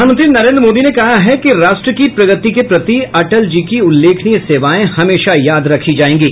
प्रधानमंत्री नरेन्द्र मोदी ने कहा है कि राष्ट्र की प्रगति के प्रति अटल जी की उल्लेखनीय सेवाएं हमेशा याद रखी जाएंगी